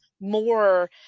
more